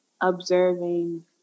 observing